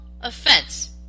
offense